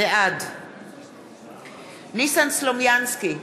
בעד ניסן סלומינסקי,